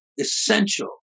essential